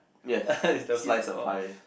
yes slice of pie